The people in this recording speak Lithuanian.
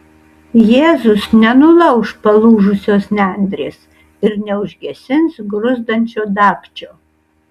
jėzus nenulauš palūžusios nendrės ir neužgesins gruzdančio dagčio